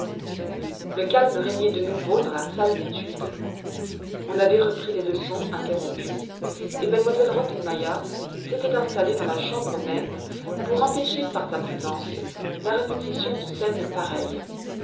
le calme régnait de nouveau dans la salle d'études on avait repris les leçons interrompues et m elle rottenmeier s'était installée dans la chambre même pour empêcher par sa présence la répétition de scènes pareilles